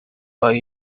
but